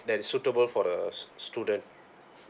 that is suitable for the students